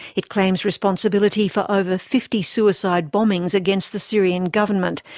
it claims responsibility for over fifty suicide bombings against the syrian government,